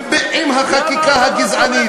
ועם החקיקה הגזענית.